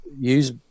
use